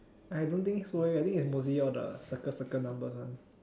I don't think so eh I think is mostly all the circle circle numbers one